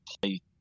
play